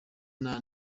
nta